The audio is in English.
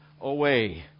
away